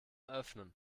öffnen